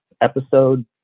episode